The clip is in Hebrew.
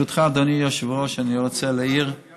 לגביית